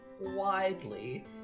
widely